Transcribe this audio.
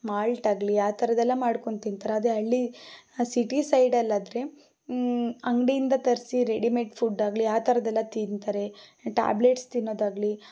ಮಾಲ್ಟಾಗಲಿ ಆ ಥರದೆಲ್ಲ ಮಾಡ್ಕೊಂಡು ತಿಂತಾರೆ ಅದೇ ಹಳ್ಳಿ ಸಿಟಿ ಸೈಡಲ್ಲಾದರೆ ಅಂಗಡಿಯಿಂದ ತರಿಸಿ ರೆಡಿಮೇಡ್ ಫುಡ್ಡಾಗಲಿ ಆ ಥರದೆಲ್ಲ ತಿಂತಾರೆ ಟ್ಯಾಬ್ಲೆಟ್ಸ್ ತಿನ್ನೋದಾಗಲಿ